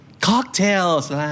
Cocktails